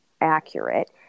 accurate